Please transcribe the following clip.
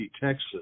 Texas